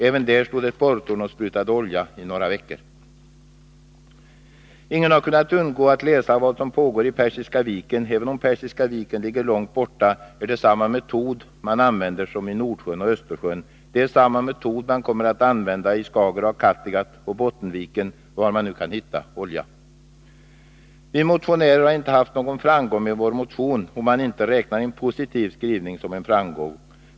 Även där stod ett borrtorn och sprutade olja i några veckor. Ingen har kunnat undgå att läsa om vad som pågår i Persiska viken. Även om Persiska viken ligger långt borta, är det samma metod man använder där som i Nordsjön och Östersjön. Och det är samma metod man kommer att använda i Skagerak, Kattegatt och Bottenviken och var man nu kan hitta olja. Vi motionärer har inte haft någon framgång med vår motion, om man inte räknar en positiv skrivning som en framgång.